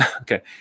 Okay